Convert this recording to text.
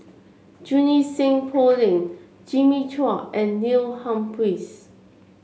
Junie Sng Poh Leng Jimmy Chua and Neil Humphreys